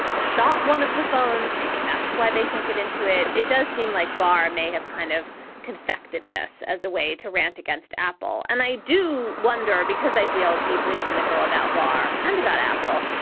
shot one of the phones. maybe that's why they can't get into it. it does seem like barr may have kind of confected this as a way to rant against apple. and i do wonder, because i feel deeply cynical about barr and about apple.